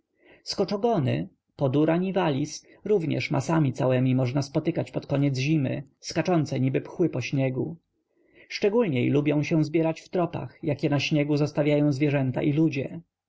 do pająka skoczogony podura nivalis również masami całemi można spotykać pod koniec zimy skaczące niby pchły po śniegu szczególniej lubią się zbierać w tropach jakie na śniegu zostawiają zwierzęta i ludzie